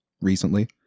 recently